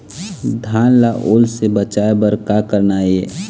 धान ला ओल से बचाए बर का करना ये?